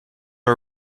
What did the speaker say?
our